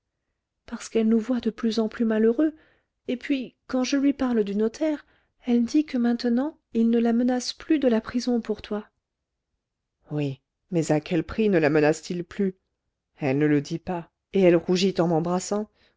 parce qu'elle nous voit de plus en plus malheureux et puis quand je lui parle du notaire elle dit que maintenant il ne la menace plus de la prison pour toi oui mais à quel prix ne la menace t il plus elle ne le dit pas et elle rougit en m'embrassant